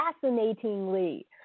fascinatingly